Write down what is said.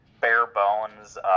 bare-bones